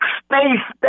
space